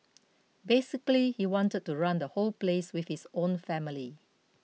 basically he wanted to run the whole place with his own family